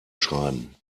schreiben